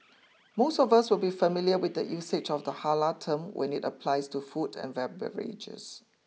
most of us will be familiar with the usage of the halal term when it applies to food and beverages